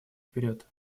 вперед